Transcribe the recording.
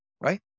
right